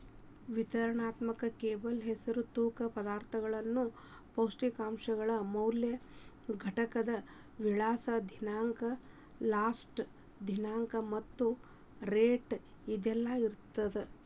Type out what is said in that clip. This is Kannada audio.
ವಿವರಣಾತ್ಮಕ ಲೇಬಲ್ ಹೆಸರು ತೂಕ ಪದಾರ್ಥಗಳು ಪೌಷ್ಟಿಕಾಂಶದ ಮೌಲ್ಯ ಘಟಕದ ವಿಳಾಸ ದಿನಾಂಕ ಲಾಸ್ಟ ದಿನಾಂಕ ಮತ್ತ ರೇಟ್ ಇದೆಲ್ಲಾ ಇರತ್ತ